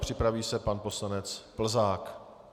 Připraví se pan poslanec Plzák.